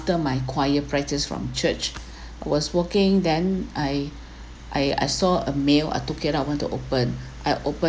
after my choir practice from church I was walking then I I I saw a mail I took it up want to open I open